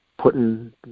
putting